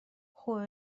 خوبه